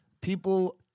People